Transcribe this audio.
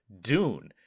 Dune